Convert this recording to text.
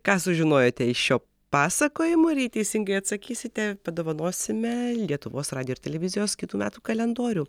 ką sužinojote iš šio pasakojimo ir jei teisingai atsakysite padovanosime lietuvos radijo ir televizijos kitų metų kalendorių